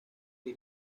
fue